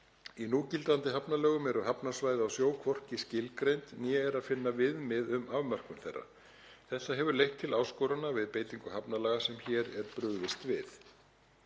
Í núgildandi hafnalögum eru hafnarsvæði á sjó hvorki skilgreind né er að finna viðmið um afmörkun þeirra. Þetta hefur leitt til áskorana við beitingu hafnalaga sem hér er brugðist við.